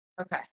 Okay